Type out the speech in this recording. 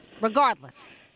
regardless